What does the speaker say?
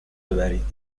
ببرید